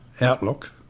outlook